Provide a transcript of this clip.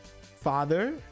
father